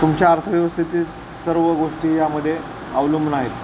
तुमच्या अर्थव्यवस्थेतील सर्व गोष्टी यामध्ये अवलंबून आहेत